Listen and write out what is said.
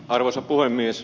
arvoisa puhemies